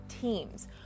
teams